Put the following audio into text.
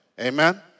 Amen